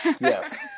Yes